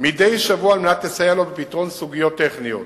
מדי שבוע על מנת לסייע לו בפתרון סוגיות טכניות,